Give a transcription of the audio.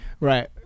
Right